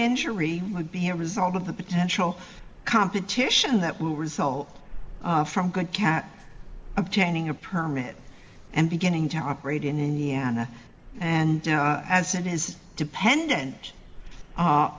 injury would be a result of the potential competition that will result from good cat obtaining a permit and beginning to operate in indiana and as it is dependent